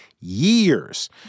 years